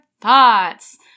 thoughts